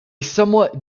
somewhat